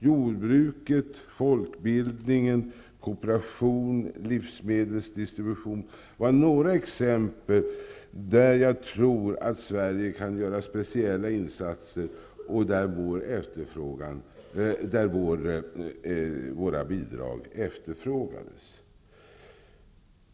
Jordbruket, folkbildningen, kooperation och livsmedelsdistribution är exempel på områden där jag tror att Sverige kan göra speciella insatser och där våra bidrag efterfrågas.